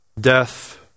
death